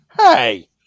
Hey